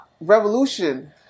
revolution